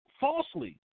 falsely